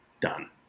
done